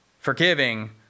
forgiving